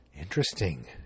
Interesting